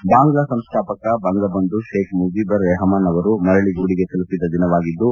ಅಂದು ಬಾಂಗ್ಲಾ ಸಂಸ್ಥಾಪಕ ಬಂಗಬಂಧು ಶೇಕ್ ಮುಜಿಬಿರ್ ರೆಹಮಾನ್ ಅವರು ಮರಳಿ ಗೂಡಿಗೆ ತಲುಪಿದ ದಿನವಾಗಿದ್ದು